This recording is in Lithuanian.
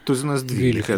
tuzinas dvylika